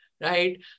right